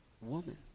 woman